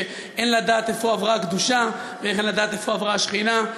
אין לדעת איפה עברה הקדושה ואין לדעת איפה עברה השכינה,